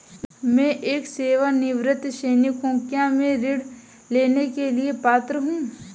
मैं एक सेवानिवृत्त सैनिक हूँ क्या मैं ऋण लेने के लिए पात्र हूँ?